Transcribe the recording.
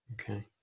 Okay